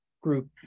group